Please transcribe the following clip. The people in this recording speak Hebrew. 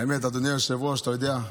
האמת, אדוני היושב-ראש, אתה יודע,